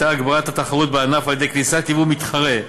הייתה הגברת התחרות בענף על-ידי כניסת יבוא מתחרה,